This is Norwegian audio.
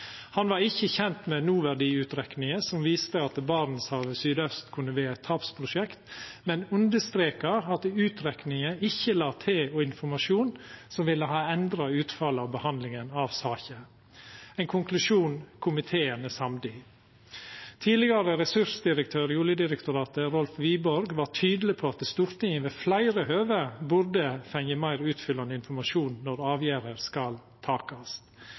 Han var ikkje kjent med noverdiutrekninga som viste at Barentshavet søraust kunne vera eit tapsprosjekt, men understreka at utrekninga ikkje la til informasjon som ville ha endra utfallet av behandlinga av saka. Det er ein konklusjon komiteen er samd i. Tidlegare ressursdirektør i Oljedirektoratet, Rolf Wiborg, var tydeleg på at Stortinget ved fleire høve burde fått meir utfyllande informasjon når avgjerder skal takast.